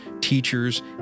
teachers